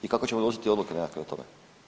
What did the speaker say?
I kako ćemo donositi odluke nekakve i to?